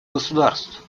государств